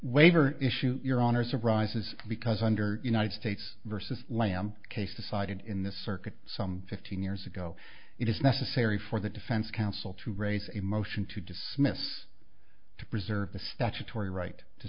waiver issue your honour's arises because under united states versus lamb case decided in this circuit some fifteen years ago it is necessary for the defense counsel to raise a motion to dismiss to preserve the statutory right to